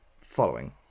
following